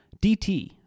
DT